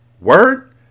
word